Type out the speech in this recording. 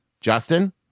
Justin